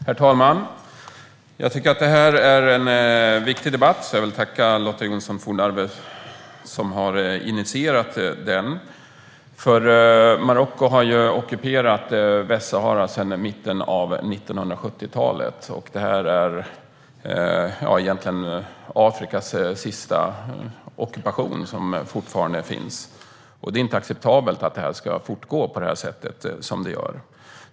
Herr talman! Jag tycker att detta är en viktig debatt och vill tacka Lotta Johnsson Fornarve, som har initierat den. Marocko har ockuperat Västsahara sedan mitten av 1970-talet. Det är egentligen Afrikas sista ockupation - den finns fortfarande. Det är inte acceptabelt att det ska fortgå på det sätt som det gör.